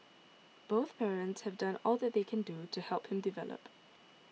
both parents have done all that they can do to help him develop